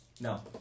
No